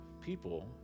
people